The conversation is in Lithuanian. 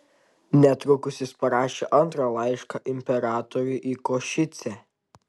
netrukus jis parašė antrą laišką imperatoriui į košicę